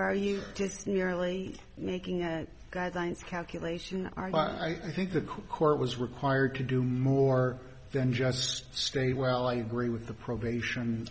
are you just merely making it guidelines calculation but i think the court was required to do more than just stay well i agree with the probation